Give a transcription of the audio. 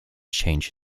changed